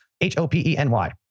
H-O-P-E-N-Y